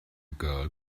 girl